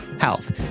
health